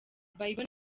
bible